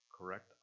Correct